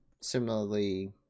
similarly